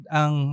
ang